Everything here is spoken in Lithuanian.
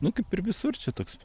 nu kaip ir visur čia toks